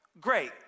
Great